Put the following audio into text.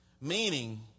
Meaning